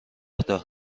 دار